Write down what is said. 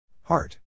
Heart